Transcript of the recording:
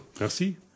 Merci